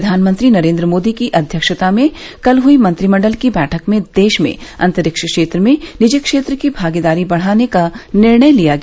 प्रधानमंत्री नरेंद्र मोदी की अध्यक्षता में कल हुई मंत्रिमंडल की बैठक में देश में अंतरिक्ष के क्षेत्र में निजी क्षेत्र की भागीदारी बढ़ाने का निर्णय लिया गया